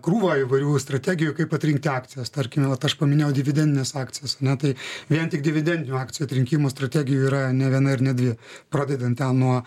krūva įvairių strategijų kaip atrinkti akcijas tarkim vat aš paminėjau dividendines akcijas na tai vien tik dividendinių akcijų atrinkimų strategijų yra ne viena ir ne dvi pradedant ten nuo